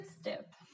step